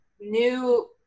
new